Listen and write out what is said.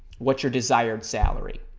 what's your desired salary?